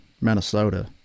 Minnesota